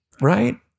Right